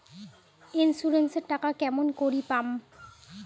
Insurance এর টাকা কেমন করি পাম?